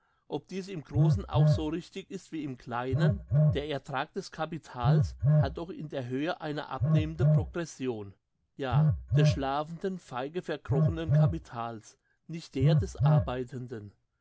ob dies im grossen auch so richtig ist wie im kleinen der ertrag des capitales hat doch in der höhe eine abnehmende progression ja des schlafenden feige verkrochenen capitals nicht der des arbeitenden